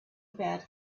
about